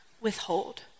withhold